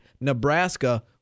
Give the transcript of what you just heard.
Nebraska